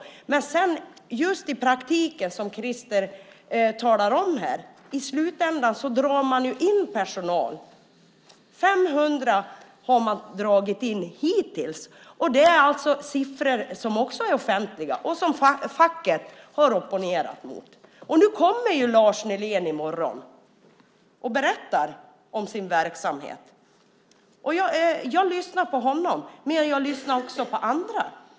Men i praktiken, som Krister talar om här, drar man i slutändan in personal. 500 har man dragit in hittills. Det är alltså en siffra som är offentlig och som facket har opponerat sig mot. Nu kommer Lars Nylén i morgon för att berätta om sin verksamhet, och jag lyssnar på honom. Men jag lyssnar också på andra.